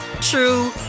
true